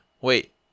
Wait